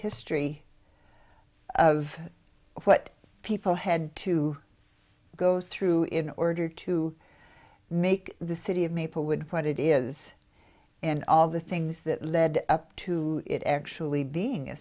history of what people had to go through in order to make the city of maplewood what it is and all the things that led up to it actually being a